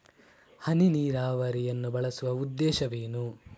ಹನಿ ನೀರಾವರಿಯನ್ನು ಬಳಸುವ ಉದ್ದೇಶವೇನು?